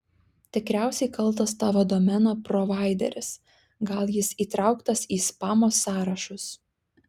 tikriausiai kaltas tavo domeno provaideris gal jis įtrauktas į spamo sąrašus